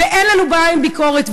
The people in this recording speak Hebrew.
אין לנו בעיה עם ביקורת,